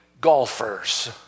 golfers